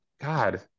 god